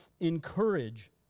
encourage